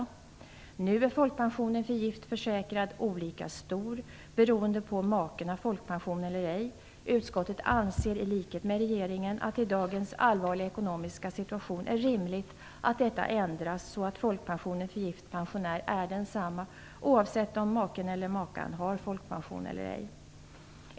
Nu är folkpensionen för gift försäkrad olika stor beroende på om maken har folkpension eller ej. Utskottet anser i likhet med regeringen att det i dagens allvarliga ekonomiska situation är rimligt att detta ändras så att folkpensionen för gift pensionär är densamma oavsett om maken eller makan har folkpension eller ej.